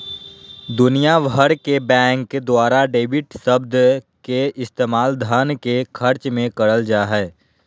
दुनिया भर के बैंक द्वारा डेबिट शब्द के इस्तेमाल धन के खर्च मे करल जा हय